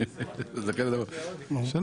אני מתכבד לפתוח את ישיבת ועדת הכנסת.